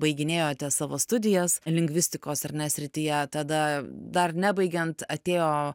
baiginėjote savo studijas lingvistikos ar ne srityje tada dar nebaigiant atėjo